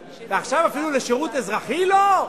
ועכשיו, אפילו לשירות אזרחי, לא?